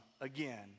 again